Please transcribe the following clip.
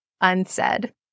unsaid